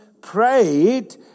prayed